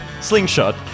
slingshot